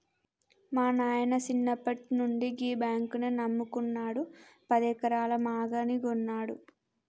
మా నాయిన సిన్నప్పట్నుండి గీ బాంకునే నమ్ముకున్నడు, పదెకరాల మాగాని గొన్నడు